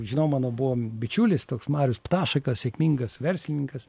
žinau mano buvo bičiulis toks marius ptaškekas sėkmingas verslininkas